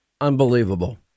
Unbelievable